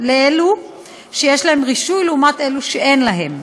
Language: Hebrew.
לאלו שיש להם רישוי לעומת אלו שאין להם.